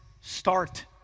start